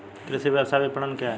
कृषि व्यवसाय विपणन क्या है?